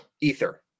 ether